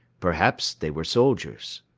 perhaps they were soldiers.